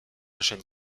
chaîne